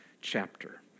chapter